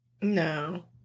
No